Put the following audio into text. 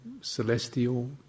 celestial